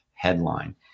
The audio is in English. headline